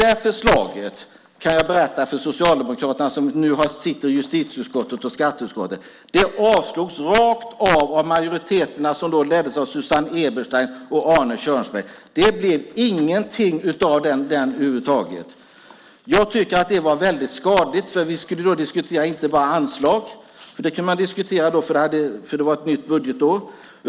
Jag kan berätta för de socialdemokrater som nu sitter i justitieutskottet och skatteutskottet att det förslaget rakt av avstyrktes av majoriteterna som då leddes av Susanne Eberstein och Arne Kjörnsberg. Det blev ingenting av det över huvud taget. Jag tycker att det var väldigt skadligt. För vi skulle då inte bara diskutera anslag - det kunde man diskutera då, eftersom det var ett nytt budgetår.